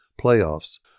playoffs